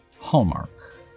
hallmark